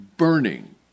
burning